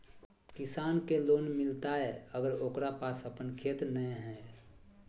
किसान के लोन मिलताय अगर ओकरा पास अपन खेत नय है?